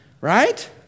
Right